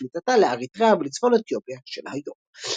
שליטתה לאריתריאה ולצפון אתיופיה של היום.